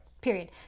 period